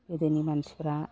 गोदोनि मानसिफ्रा